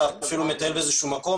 אתה אפילו מטייל באיזשהו מקום,